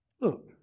look